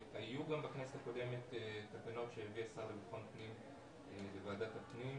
היו גם בכנסת הקודמת תקנות שהביא השר לבטחון פנים לוועדת הפנים